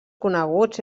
coneguts